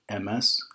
MS